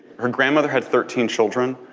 her grandmother had thirteen children,